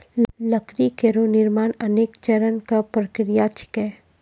लकड़ी केरो निर्माण अनेक चरण क प्रक्रिया छिकै